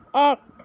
এক